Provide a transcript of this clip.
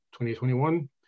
2021